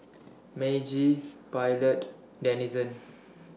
Meiji Pilot Denizen